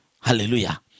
hallelujah